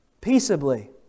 Peaceably